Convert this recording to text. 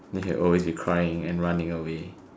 then if he crying and running away